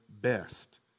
best